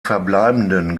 verbleibenden